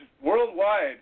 worldwide